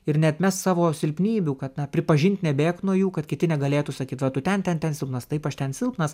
ir neatmes savo silpnybių kad na pripažink nebėk nuo jų kad kiti negalėtų sakyt va tu ten ten ten silpnas taip aš ten silpnas